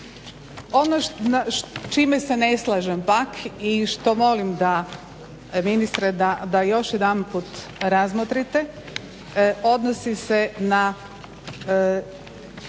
Ono čime se ne slažem pak i što molim ministre da još jedanput razmotrite, odnosi se na